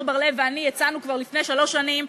בר-לב ואני הצענו כבר לפני שלוש שנים,